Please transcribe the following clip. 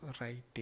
writing